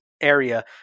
area